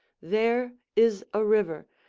there is a river,